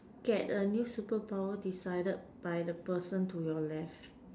get a new superpower decided by the person to your left